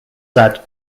said